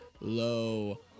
Low